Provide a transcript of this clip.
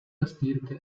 gastierte